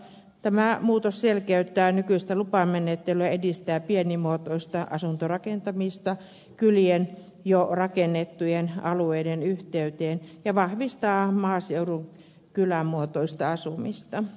tämä muutos selkeyttää nykyistä lupamenettelyä ja edistää pienimuotoista asuntorakentamista kylien ja jo rakennettujen alueiden yhteyteen sekä vahvistaa maaseudun kylämuotoista asumista